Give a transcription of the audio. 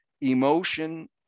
emotion